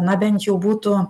na bent jau būtų